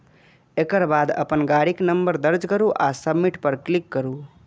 एकर बाद अपन गाड़ीक नंबर दर्ज करू आ सबमिट पर क्लिक करू